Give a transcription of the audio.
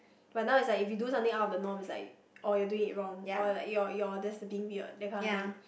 but now is like if you do something out of the norm is like oh you're doing it wrong or like you're you're that's being weird that kind of thing